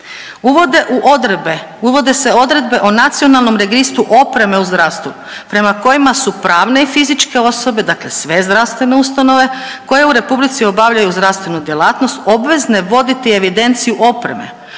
uvode se odredbe o nacionalnom registru opreme u zdravstvu prema kojemu su pravne i fizičke osobe, dakle sve zdravstvene ustanove koje u republici obavljaju zdravstvenu djelatnost, obvezne voditi evidenciju opreme